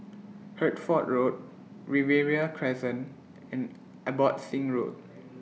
Hertford Road Riverina Crescent and Abbotsingh Road